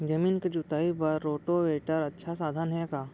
जमीन के जुताई बर रोटोवेटर अच्छा साधन हे का?